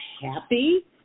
happy